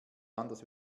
anders